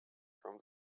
from